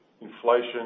inflation